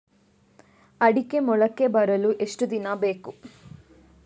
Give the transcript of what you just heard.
ಅಡಿಕೆ ಮೊಳಕೆ ಬರಲು ಎಷ್ಟು ದಿನ ಬೇಕು?